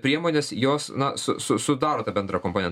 priemonės jos na su su sudaro tą bendrą komponentą